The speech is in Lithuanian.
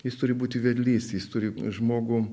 jis turi būti vedlys jis turi žmogų